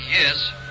yes